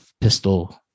pistol